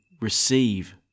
receive